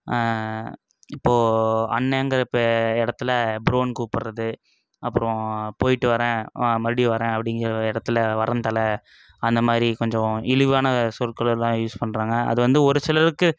இப்போது அண்ணேங்கற பே இடத்துல ப்ரோனு கூப்பிட்றது அப்பறம் போயிட்டு வரேன் வா மறுபடியும் வரேன் அப்படிங்கிற இடத்துல வரேன் தல அந்த மாதிரி கொஞ்சம் இழிவான சொற்கள் எல்லாம் யூஸ் பண்றாங்க அது வந்து ஒரு சிலருக்கு